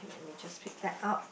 let me just flip that up